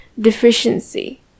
deficiency